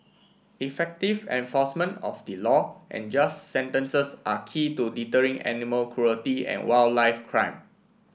effective enforcement of the law and just sentences are key to deterring animal cruelty and wildlife crime